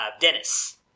Dennis